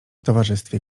towarzystwie